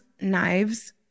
knives